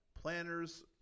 planners